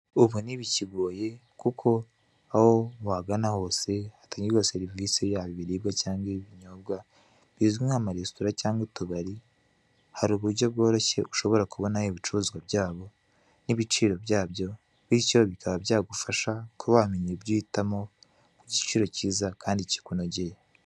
Ubu ntibikigoye kuko aho wagana hose hatangirwa serivise yaba ibiribwa cyangwa ibinyobwa bizwi nk'amaresitora cyangwa utubari, hari uburyo bworoshye ushobora kubona ibicuruzwa byabo n'ibiciro byabyo, bityo bikaba byagufasha kuba wamenya ibyo uhitamo ku giciro kiza kandi kikunogeye.